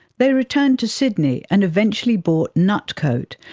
they returned to sydney and eventually bought nutcote,